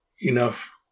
enough